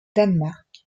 danemark